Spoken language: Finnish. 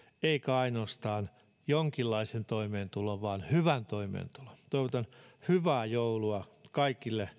eikä ainoastaan jonkinlaisen toimeentulon vaan hyvän toimeentulon toivotan hyvää joulua kaikille